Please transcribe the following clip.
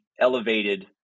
elevated